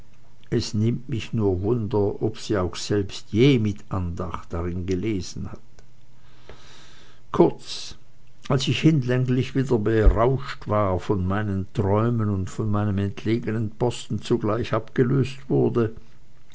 es nimmt mich nur wunder ob sie auch selbst je mit andacht darin gelesen hat kurz als ich hinlänglich wieder berauscht war von meinen träumen und von meinem entlegenen posten zugleich abgelöst wurde